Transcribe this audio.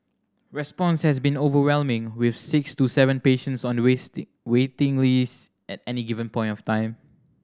response has been overwhelming with six to seven patients on the waiting list at any given point of time